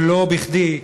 ולא בכדי,